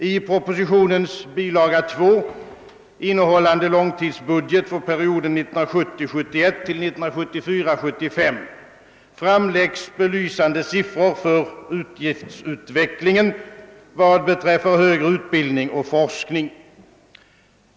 I propositionens bilaga 2, innehållande långtidsbudget för perioden 1970 75, framläggs belysande siffror för utgiftsutvecklingen vad beträffar högre utbildning och forskning.